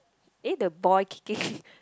eh the boy kicking